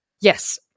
yes